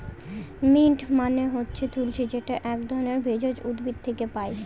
mint মানে হচ্ছে তুলশী যেটা এক ধরনের ভেষজ উদ্ভিদ থেকে পায়